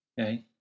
Okay